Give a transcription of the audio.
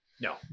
No